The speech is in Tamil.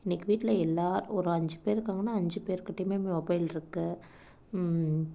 இன்னைக்கு வீட்டில் எல்லாேர் ஒரு அஞ்சு பேர் இருக்காங்கன்னால் அஞ்சு பேர்கிட்டேயுமே மொபைலிருக்கு